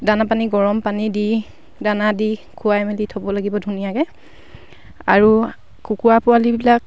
দানা পানী গৰম পানী দি দানা দি খুৱাই মেলি থ'ব লাগিব ধুনীয়াকৈ আৰু কুকুৰা পোৱালিবিলাক